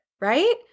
right